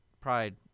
pride